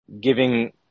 giving